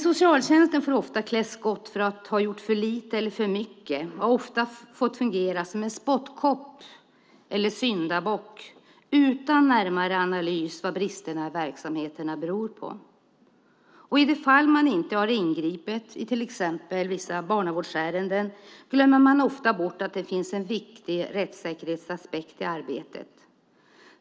Socialtjänsten får ofta klä skott för att ha gjort för lite eller för mycket och har ofta fått fungera som spottkopp eller syndabock utan närmare analys av vad bristerna i verksamheten beror på. I de fall man inte har ingripit i vissa barnavårdsärenden glöms det ofta bort att det finns en viktig rättssäkerhetsaspekt i arbetet.